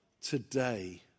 Today